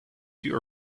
your